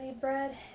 bread